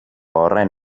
horren